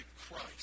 Christ